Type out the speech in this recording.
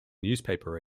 newspaper